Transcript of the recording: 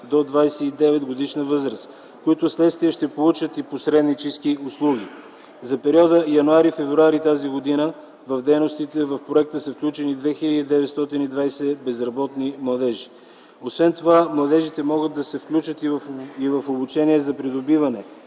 до 29-годишна възраст, които вследствие ще получат и посреднически услуги. За периода януари – февруари т.г. в дейностите в проекта са включени 2920 безработни младежи. Освен това младежите могат да се включат и в обучение за придобиване